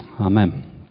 Amen